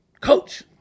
coach